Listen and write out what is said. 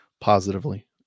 positively